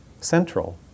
central